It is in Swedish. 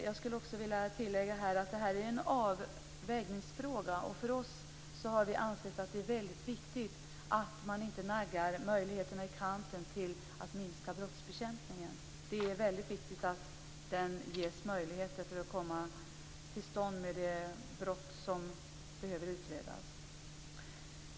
Jag skulle också vilja tillägga att detta är en avvägningsfråga. För oss är det mycket viktigt att man inte naggar möjligheterna att minska brottsbekämpningen i kanten. Det är väldigt viktigt att det ges möjligheter att utreda brott.